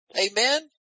Amen